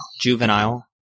juvenile